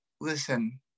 Listen